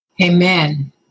Amen